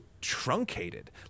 truncated